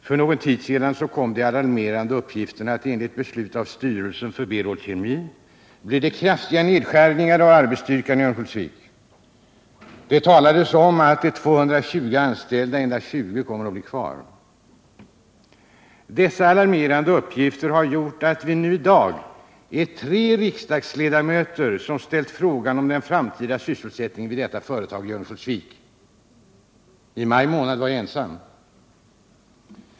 För någon tid sedan kom den alarmerande uppgiften att det enligt beslut av styrelsen för Berol Kemi blir kraftiga nedskärningar av arbetsstyrkan i Örnsköldsvik. Det talades om att av de 220 anställda endast 20 kommer att bli kvar. Dessa alarmerande uppgifter har gjort att vi i dag är tre riksdagsledamöter som ställt frågor om den framtida sysselsättningen vid detta företag i Örnsköldsvik. I maj månad var jag ensam.